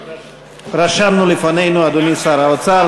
רשמנו לפנינו, אדוני שר האוצר.